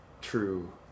true